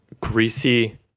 Greasy